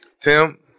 Tim